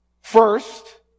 First